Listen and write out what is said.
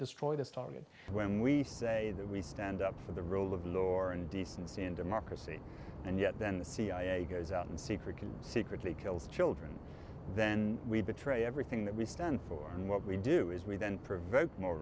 destroy this target when we say that we stand up for the rule of law or and decency and democracy and yet then the cia goes out and secret can secretly kills children then we betray everything that we stand for and what we do is we then provoke more